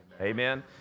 Amen